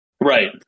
Right